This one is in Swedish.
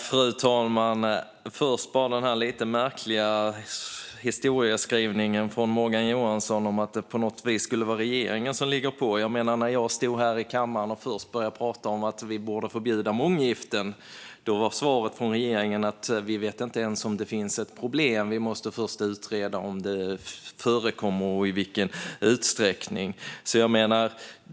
Fru talman! Det är en lite märklig historiebeskrivning från Morgan Johansson att det på något vis skulle vara regeringen som ligger på. När jag stod här i kammaren och började prata om att vi borde förbjuda månggifte var svaret från regeringen: Vi vet inte ens om det finns ett problem. Vi måste först utreda om det förekommer och i vilken utsträckning.